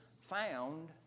found